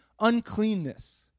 uncleanness